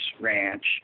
ranch